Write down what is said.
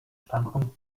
standpunkt